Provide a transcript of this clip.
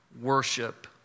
worship